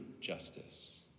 justice